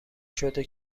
شده